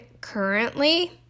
currently